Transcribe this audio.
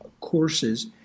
courses